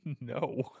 No